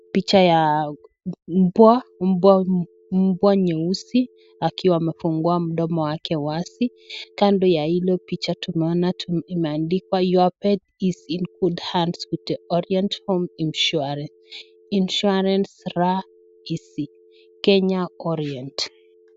Picha ya mbwa nyeusi akiwa amefungua mdomo wake wazi, kando ya hilo picha tunaona imeandikwa your pet is in good hands with Orienta Home Insurance insuarance raa easy, Kenya orient .